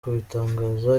kubitangaza